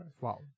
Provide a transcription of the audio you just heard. Wow